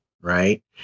right